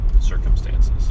circumstances